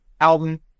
album